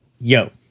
yo